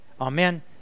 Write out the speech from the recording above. Amen